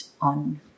on